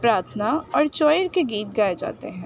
پرارتھنا اور چویر کے گیت گائے جاتے ہیں